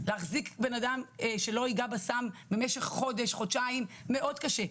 להחזיק בן אדם שלא יגע בסם במשך חודש חודשיים מאוד קשה.